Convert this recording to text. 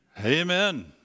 Amen